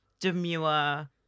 demure